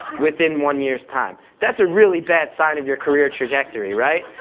within one year's time. that's a really bad sign of your career trajectory, right?